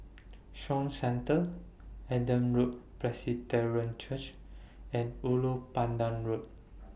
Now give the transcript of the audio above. Shaw Centre Adam Road Church and Ulu Pandan Road